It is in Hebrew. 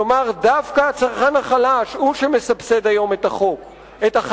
כלומר, דווקא הצרכן החלש הוא שמסבסד היום את החזק.